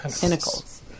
Pinnacles